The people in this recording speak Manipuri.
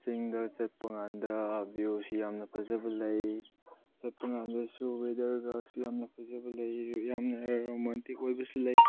ꯆꯤꯡꯗ ꯆꯠꯄ ꯀꯥꯟꯗ ꯚ꯭ꯌꯨꯁꯤ ꯌꯥꯝꯅ ꯐꯖꯕ ꯂꯩ ꯆꯠꯄ ꯀꯥꯟꯗꯁꯨ ꯋꯦꯗꯔꯒꯁꯨ ꯌꯥꯝꯅ ꯐꯖꯕ ꯂꯩ ꯌꯥꯝꯅ ꯔꯣꯃꯥꯟꯇꯤꯛ ꯑꯣꯏꯕꯁꯨ ꯂꯩ